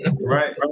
right